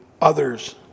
others